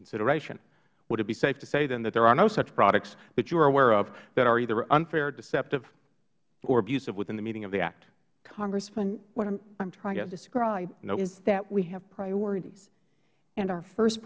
consideration would it be safe to say then that there are no such products that you are aware of that are either unfair deceptive or abusive within the meaning of the act ms warren congressman what i'm trying to describe is that we have priorities and our first